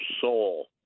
soul